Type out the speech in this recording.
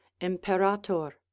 Imperator